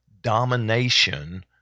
domination